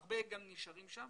אבל הרבה גם נשארים שם